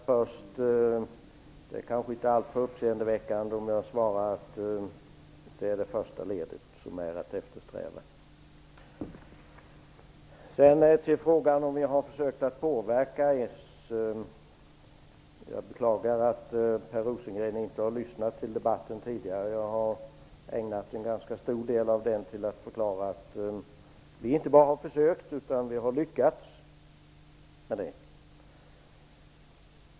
Herr talman! Låt mig svara på den sista frågan först. Det är kanske inte alltför uppseendeväckande om jag svarar att det är det första ledet som är att eftersträva. Så till frågan om vi har försökt att påverka s: Jag beklagar att Per Rosengren inte har lyssnat till debatten tidigare. Jag har ägnat en ganska stor del av debatten till att förklara att vi inte bara har försökt utan också lyckats med det.